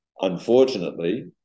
Unfortunately